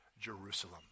Jerusalem